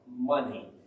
money